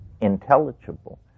intelligible